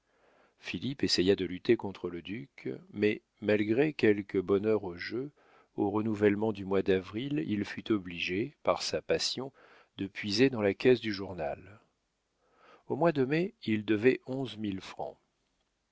essaya de lutter contre le duc mais malgré quelque bonheur au jeu au renouvellement du mois d'avril il fut obligé par sa passion de puiser dans la caisse du journal au mois de mai il devait onze mille francs